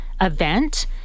event